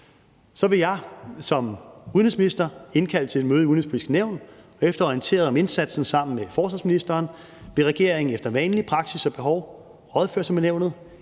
Så vil jeg som udenrigsminister indkalde til et møde i Det Udenrigspolitiske Nævn, og efter at have orienteret om indsatsen sammen med forsvarsministeren vil regeringen efter vanlig praksis og behov rådføre sig med Nævnet.